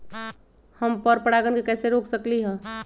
हम पर परागण के कैसे रोक सकली ह?